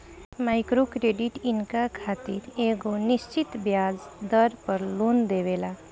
micro credit इनका खातिर एगो निश्चित ब्याज दर पर लोन देवेला